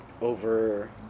over